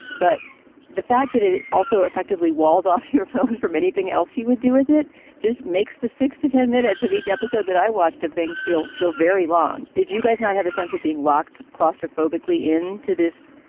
but the fact that it also effectively walls off your phone from anything else you would do with it just makes the six to ten minutes of each episode that i watched of things feel feel very long. did you guys not have a sense of being locked claustrophobic early into this.